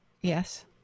Yes